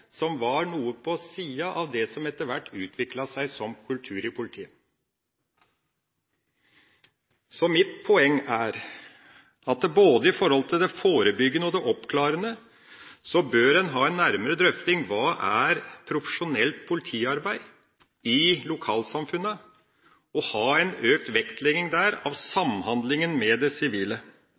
som var noe på siden av det som etter hvert utviklet seg som kultur i politiet. Mitt poeng er at i både det forebyggende og det oppklarende arbeidet bør en ha en nærmere drøfting av hva profesjonelt politiarbeid i lokalsamfunnet er, og ha en økt vektlegging der av samhandlingen med det sivile